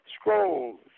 scrolls